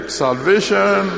salvation